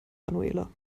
manuela